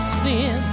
sin